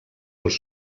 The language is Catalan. els